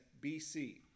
BC